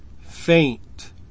faint